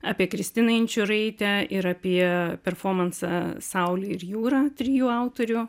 apie kristiną inčiūraitę ir apie performansą saulė ir jūra trijų autorių